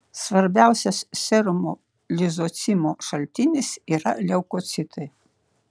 svarbiausias serumo lizocimo šaltinis yra leukocitai